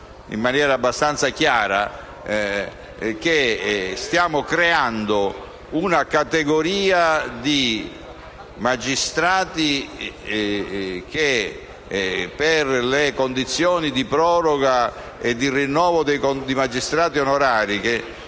in maniera abbastanza chiara che stiamo creando una categoria di magistrati che, per le condizioni di proroga e di rinnovo dei contratti,